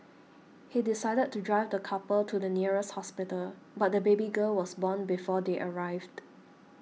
he decided to drive the couple to the nearest hospital but the baby girl was born before they arrived